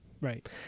Right